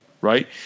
right